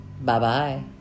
Bye-bye